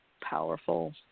powerful